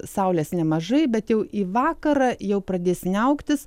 saulės nemažai bet jau į vakarą jau pradės niauktis